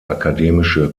akademische